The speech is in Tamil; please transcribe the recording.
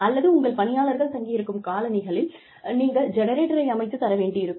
அல்லது உங்கள் பணியாளர்கள் தங்கியிருக்கும் காலனிகளில் நீங்கள் ஜெனரேட்டரை அமைத்துத் தர வேண்டியிருக்கும்